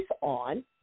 on